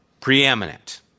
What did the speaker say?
preeminent